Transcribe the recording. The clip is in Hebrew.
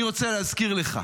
אני רוצה להזכיר לך,